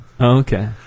Okay